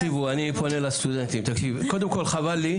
תקשיבו, אני פונה לסטודנטים, קודם כול, חבל לי.